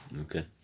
Okay